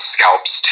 Scalps